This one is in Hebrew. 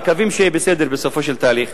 ומקווים שיהיה בסדר בסופו של תהליך.